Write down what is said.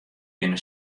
binne